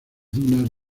dunas